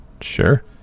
Sure